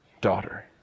Daughter